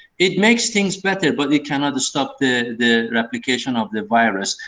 it makes things better, but it cannot stop the the replication of the virus.